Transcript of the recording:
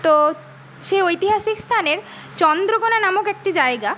তো সেই ঐতিহাসিক স্থানের চন্দ্রকোণা নামক একটি জায়গা